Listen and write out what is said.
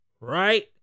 right